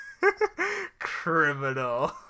Criminal